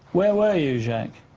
where were you, jacque?